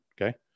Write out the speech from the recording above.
okay